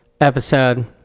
episode